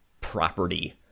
property